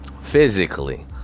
Physically